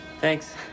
Thanks